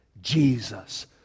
Jesus